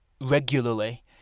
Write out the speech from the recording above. regularly